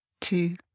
Two